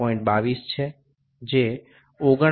22 છે જે 49